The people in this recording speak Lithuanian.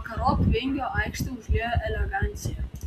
vakarop vingio aikštę užliejo elegancija